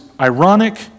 ironic